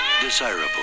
Desirable